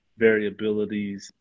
variabilities